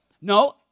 No